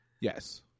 Yes